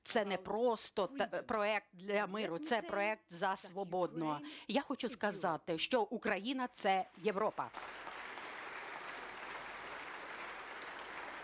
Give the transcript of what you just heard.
це не просто проект для миру, це проект за свободу. Я хочу сказати, що Україна – це Європа!